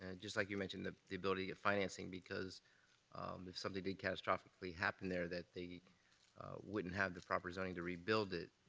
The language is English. ah just like you mentioned, the the ability of financing because if something did catastrophically happen there, that they wouldn't have the proper zoning to rebuild it,